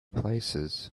places